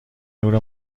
نور